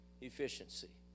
efficiency